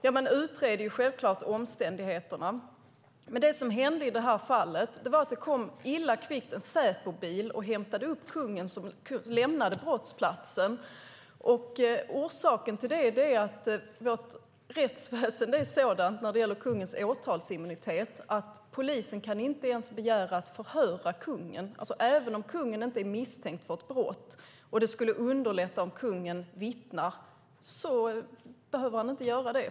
Ja, man utreder självklart omständigheterna. Men det som hände i det här fallet var att det illa kvickt kom en Säpobil och hämtade upp kungen, som lämnade brottsplatsen. Orsaken till det är att vårt rättsväsen är sådant när det gäller kungens åtalsimmunitet att polisen inte ens kan begära att förhöra kungen. Även om kungen inte är misstänkt för ett brott och även om det skulle underlätta om kungen vittnar behöver han inte göra det.